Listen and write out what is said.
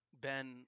Ben